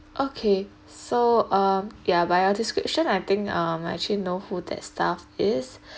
okay so um ya by your description I think I'm actually know who that staff is